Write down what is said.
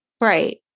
Right